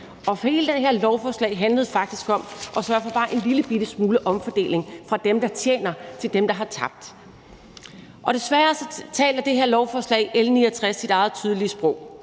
Hele det her lovforslag handlede faktisk om at sørge for bare en lillebitte smule omfordeling fra dem, der tjener, til dem, der har tabt. Desværre taler det her lovforslag, L 69, sit eget tydelige sprog.